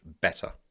better